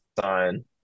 sign